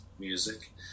Music